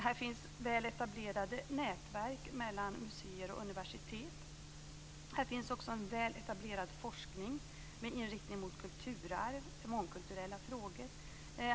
Här finns väl etablerade nätverk mellan museer och universitet. Här finns också en väl etablerad forskning med inriktning mot kulturarv i mångkulturella frågor.